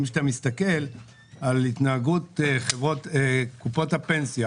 אם כשאתה מסתכל על התנהגות קופות הפנסיה